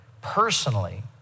personally